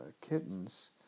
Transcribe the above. kittens